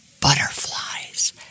butterflies